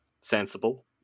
sensible